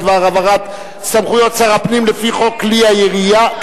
בדבר העברת סמכויות שר הפנים לפי חוק כלי הירייה,